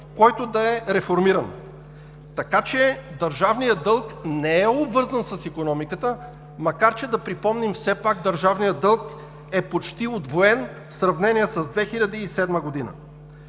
който да е реформиран?! Държавният дълг не е обвързан с икономиката, макар че да припомним все пак, държавният дълг е почти удвоен в сравнение с 2007 г.